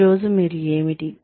ఈ రోజు మీరు ఏమిటి